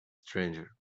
stranger